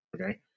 Okay